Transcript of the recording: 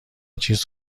چیز